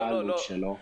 את העלות שלו.